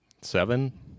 Seven